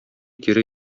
кире